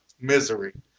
*Misery*